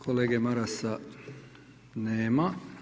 Kolege Marasa nema.